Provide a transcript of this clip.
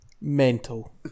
Mental